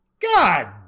God